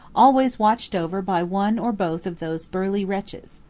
always watched over by one or both of those burly wretches.